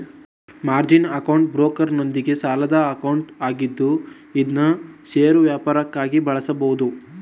margin account ಬ್ರೋಕರ್ನೊಂದಿಗೆ ಸಾಲದ account ಆಗಿದ್ದು ಇದ್ನಾ ಷೇರು ವ್ಯಾಪಾರಕ್ಕಾಗಿ ಬಳಸಬಹುದು